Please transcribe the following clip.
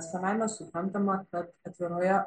savaime suprantama kad atviroje